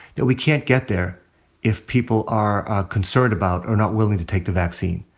that we can't get there if people are concerned about or not willing to take the vaccine.